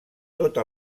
tota